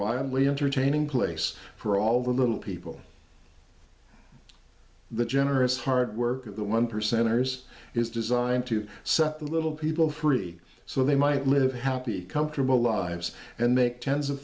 wildly entertaining place for all the little people the generous hard work of the one percenters is designed to set the little people free so they might live happy comfortable lives and make tens of